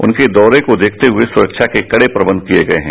उनके दौरे को देखते हुए सुरक्षा के कड़े प्रबंध किए गये हैं